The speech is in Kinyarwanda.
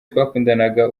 twakundanaga